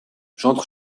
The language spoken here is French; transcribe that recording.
j’entre